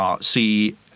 see